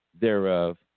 thereof